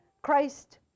Christ